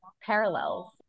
parallels